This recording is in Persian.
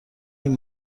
این